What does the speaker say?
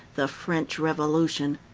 the french revolution.